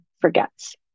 forgets